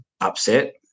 upset